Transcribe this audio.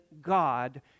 God